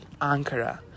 Ankara